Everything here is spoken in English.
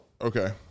Okay